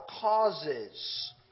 causes